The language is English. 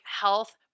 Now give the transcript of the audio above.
health